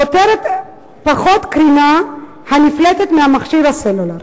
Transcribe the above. פחות קרינה נפלטת ממכשיר הסלולר.